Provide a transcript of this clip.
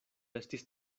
estis